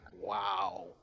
Wow